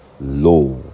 law